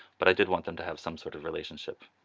but i did want them to have some sort of relationship.